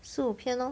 四五片 lor